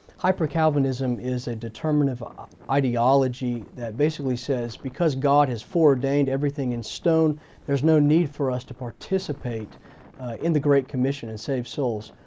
hyper-calvinism is a determinist ideology that basically says because god has foreordained everything in stone there's no need for us to participate in the great commission and save souls.